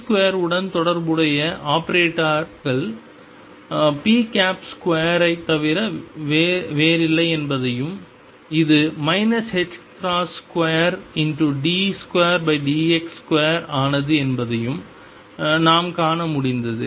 p2 உடன் தொடர்புடைய ஆபரேட்டர்கள் p2 ஐத் தவிர வேறில்லை என்பதையும் இது 2d2dx2 ஆனது என்பதையும் நாம் காண முடிந்தது